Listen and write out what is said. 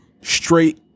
straight